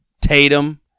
Tatum